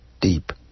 Deep